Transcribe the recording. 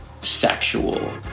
sexual